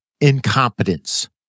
incompetence